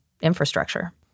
infrastructure